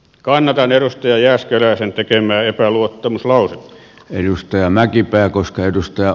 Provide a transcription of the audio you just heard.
kannatan edustaja jääskeläisen tekemää epäluottamuslausetta